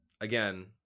again